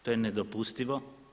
To je nedopustivo.